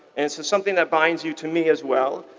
and so something that binds you to me as well,